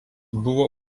buvo